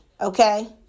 Okay